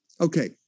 Okay